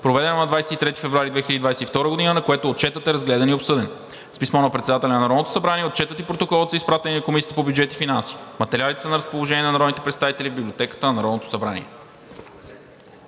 проведено на 23 февруари 2022 г., на което Отчетът е разгледан и обсъден. С писмо на председателя на Народното събрание Отчетът и Протоколът са изпратени на Комисията по бюджет и финанси. Материалите са на разположение на народните представители в Библиотеката на Народното събрание.